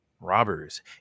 robbers